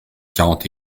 quarante